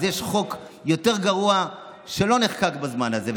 אז יש חוק יותר גרוע שלא נחקק בזמן הזה,